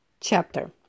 chapter